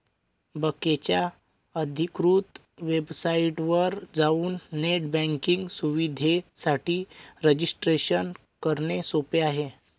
बकेच्या अधिकृत वेबसाइटवर जाऊन नेट बँकिंग सुविधेसाठी रजिस्ट्रेशन करणे सोपे आहे